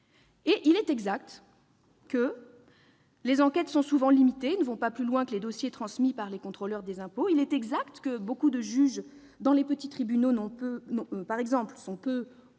Il est exact que les enquêtes sont souvent limitées et ne vont pas plus loin que les dossiers transmis par les contrôleurs des impôts. Il est exact que de nombreux juges, dans les petits tribunaux notamment, sont